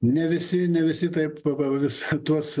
ne visi ne visi taip va va vis tuos